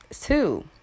Two